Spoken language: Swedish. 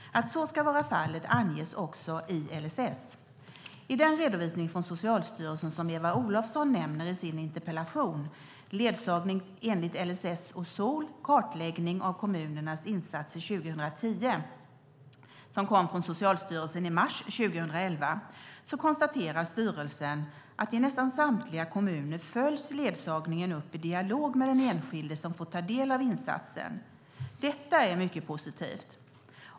Att så ska vara fallet anges också i LSS. I den redovisning från Socialstyrelsen som Eva Olofsson nämner i sin interpellation, Ledsagning enligt LSS och SoL - Kartläggning av kommunernas insatser 2010 som kom från Socialstyrelsen i mars 2011, konstaterar styrelsen att i nästan samtliga kommuner följs ledsagningen upp i dialog med den enskilde som fått ta del av insatsen. Detta är mycket positivt.